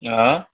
अँ